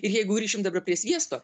ir jeigu grįšim dabar prie sviesto